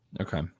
okay